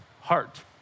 heart